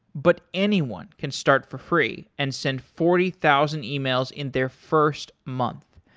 but anyone can start for free and send forty thousand ah e-mails in their first month.